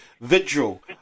vigil